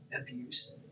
abuse